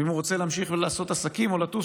ואם הוא רוצה להמשיך ולעשות עסקים או לטוס,